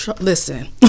listen